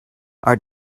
are